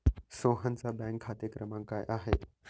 सोहनचा बँक खाते क्रमांक काय आहे?